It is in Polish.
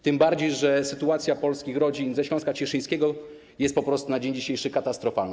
Tym bardziej że sytuacja polskich rodzin ze Śląska Cieszyńskiego jest po prostu na dzień dzisiejszy katastrofalna.